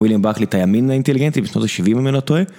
וויליאם ברקלי את הימין האינטליגנטי בשנות ה-70 אם אני לא טועה.